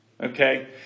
Okay